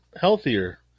healthier